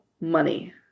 money